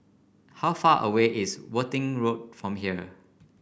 how far away is Worthing Road from here